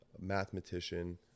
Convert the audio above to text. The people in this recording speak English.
mathematician